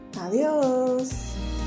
Adiós